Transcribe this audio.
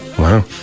Wow